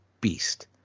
beast